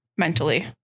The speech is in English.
Mentally